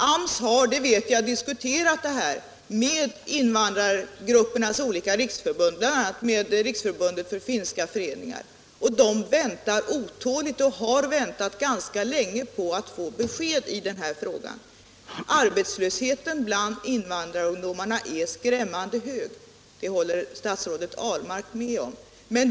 AMS har — det vet jag — diskuterat det här med de olika invandrargruppernas riksförbund, bl.a. med Riksförbundet Finska föreningar i Sverige. Vi väntar otåligt och har väntat ganska länge på att få besked i denna fråga. Arbetslösheten bland invandrarungdomarna är skrämmande hög — det håller statsrådet Ahlmark med om.